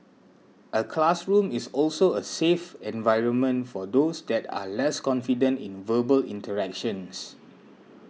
a classroom is also a safe environment for those that are less confident in verbal interactions